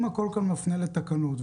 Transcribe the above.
אם הכול מפנה לתקנות,